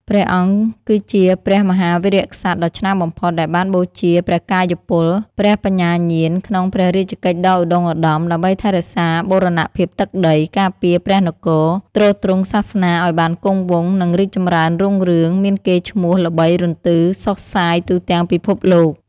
ព្រះអង្គគឺជាព្រះមហាវីរក្សត្រដ៏ឆ្នើមបំផុត ដែលបានបូជាព្រះកាយពល ព្រះបញ្ញាញាណក្នុងព្រះរាជកិច្ចដ៏ឧត្ដុង្គឧត្ដម ដើម្បីថែរក្សាបូរណភាពទឹកដី ការពារព្រះនគរ ទ្រទ្រង់សាសនាឱ្យបានគង់វង្ស និងរីកចម្រើនរុងរឿង មានកេរ្តិ៍ឈ្មោះល្បីរន្ទឺសុសសាយទូទាំងពិភពលោក។